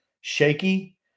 shaky